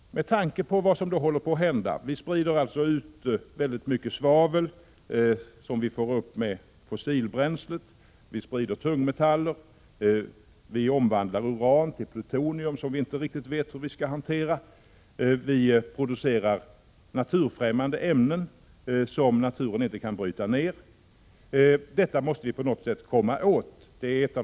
Vi sprider ut väldigt mycket svavel, som vi får upp med fossilbränslet. Vi sprider ut tungmetaller. Vi omvandlar uran till plutonium, som vi inte riktigt vet hur vi skall hantera. Och vi producerar naturfrämmande ämnen som naturen inte kan bryta ner. Detta måste vi på något sätt komma åt.